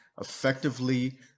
effectively